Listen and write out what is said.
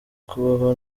kubaho